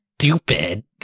stupid